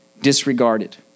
disregarded